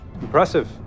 Impressive